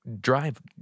drive